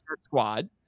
squad